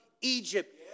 Egypt